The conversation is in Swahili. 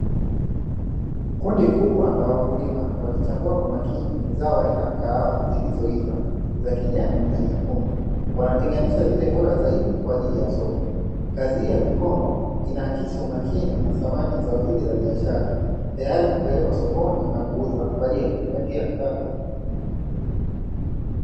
Kundi kubwa la wakulima wakichambua kwa makini zao la aina ya kahawa zilizoiva za kijani na nyekundu. Wanatenganisha zile bora zaidi kwa ajili ya soko . Kazi hii ya mikono inaakisi umakini na thamani ya zao hili la biashara tayari kupeleka sokoni na kuuza kwa ajili ya kujipatia kipato.